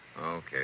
Okay